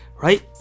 Right